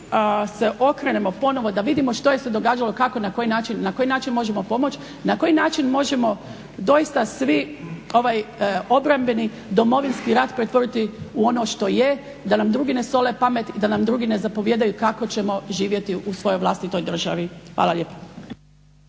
se okrenemo ponovo da vidimo što se događalo, kako i na koji način, na koji način možemo pomoć, na koji način možemo doista svi ovaj obrambeni Domovinski rat pretvoriti u ono što je, da nam drugi ne sole pamet i da nam drugi ne zapovijedaju kako ćemo živjeti u svojoj vlastitoj državi. Hvala lijepo.